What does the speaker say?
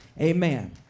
Amen